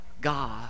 God